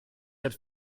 seid